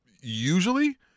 usually